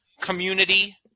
community